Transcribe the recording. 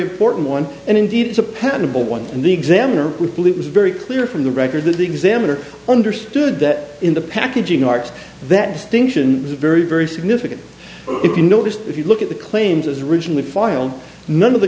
patentable one and the examiner we believe was very clear from the record that the examiner understood that in the packaging arts that distinction is very very significant if you noticed if you look at the claims as originally filed none of the